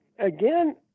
Again